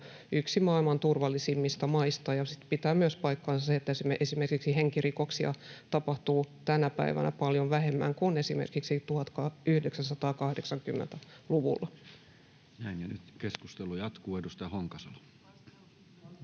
yksi maailman turvallisimmista maista, ja sitten pitää paikkansa myös se, että esimerkiksi henkirikoksia tapahtuu tänä päivänä paljon vähemmän kuin esimerkiksi 1980-luvulla. [Speech 123] Speaker: